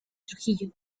trujillo